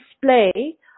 display